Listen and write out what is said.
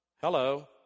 Hello